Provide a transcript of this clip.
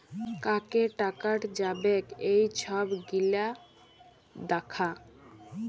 কাকে টাকাট যাবেক এই ছব গিলা দ্যাখা